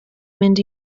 mynd